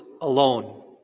alone